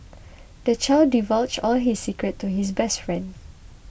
the child divulged all his secrets to his best friend